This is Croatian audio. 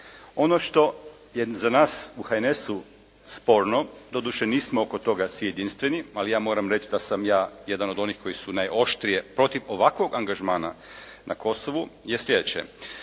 Ono što je za nas u HNS-u sporno, doduše nismo oko toga svi jedinstveni, ali ja moram reći da sam ja jedan od onih koji su najoštrije protiv ovakvog angažmana na Kosovu je sljedeće.